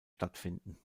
stattfinden